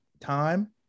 time